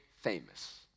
famous